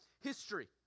history